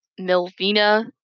Milvina